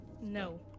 No